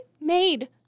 made